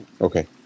Okay